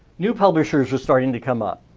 new publishers were starting to come up.